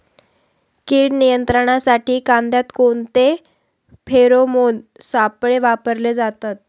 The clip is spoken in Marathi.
कीड नियंत्रणासाठी कांद्यात कोणते फेरोमोन सापळे वापरले जातात?